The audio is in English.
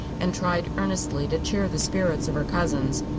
and tried earnestly to cheer the spirits of her cousins.